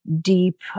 deep